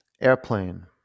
Airplane